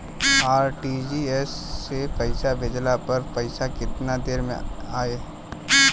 RTGS से पईसा भेजला पर पईसा केतना देर म जाई?